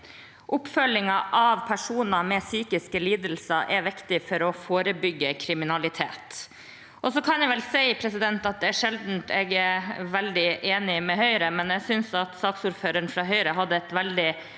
Oppfølgingen av personer med psykiske lidelser er viktig for å forebygge kriminalitet. Jeg kan vel si at det er sjelden jeg er veldig enig med Høyre, men jeg synes saksordføreren fra Høyre hadde et veldig